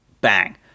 Bang